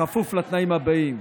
בכפוף לתנאים הבאים: